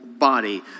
body